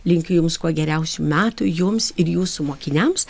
linkiu jums kuo geriausių metų jums ir jūsų mokiniams